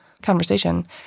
conversation